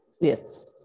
Yes